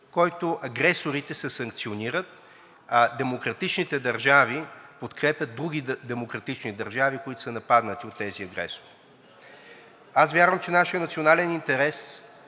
който агресорите се санкционират, а демократичните държави подкрепят други демократични държави, които са нападнати от тези агресори. Аз вярвам, че нашият национален интерес